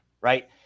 Right